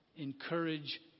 encourage